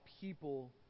people